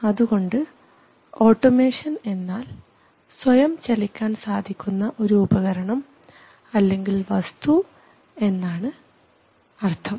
അതുകൊണ്ട്ഓട്ടോമേഷൻ എന്നാൽ സ്വയം ചലിക്കാൻ സാധിക്കുന്ന ഒരു ഉപകരണം അല്ലെങ്കിൽ ഒരു വസ്തു എന്നാണ് അർത്ഥം